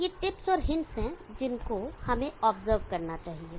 तो ये टिप्स और हिंट्स हैं जिनको हमें ऑब्जर्व करना चाहिए